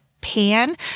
pan